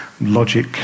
logic